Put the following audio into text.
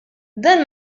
dan